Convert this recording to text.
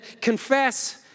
confess